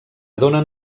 donen